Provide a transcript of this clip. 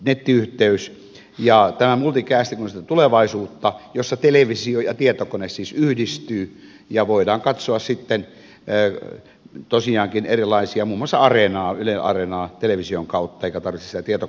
tämä multicasting on sitä tulevaisuutta jossa televisio ja tietokone siis yhdistyvät ja voidaan katsoa sitten tosiaankin erilaista sisältöä muun muassa yle areenaa television kautta eikä tarvitse sitä tietokoneesta katsoa